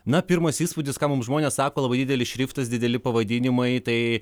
na pirmas įspūdis ką mums žmonės sako labai didelis šriftas dideli pavadinimai tai